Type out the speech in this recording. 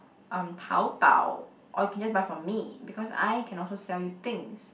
um Taobao or you can just buy from me because I can also sell you things